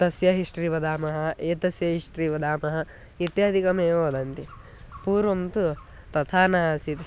तस्य हिस्ट्रि वदामः एतस्य हिस्ट्रि वदामः इत्यादिकमेव वदन्ति पूर्वं तु तथा न आसीत्